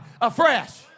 afresh